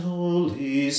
Holy